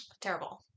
terrible